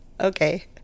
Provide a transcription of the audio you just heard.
Okay